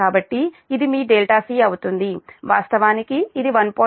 కాబట్టి ఇది మీ c అవుతుంది వాస్తవానికి ఇది 1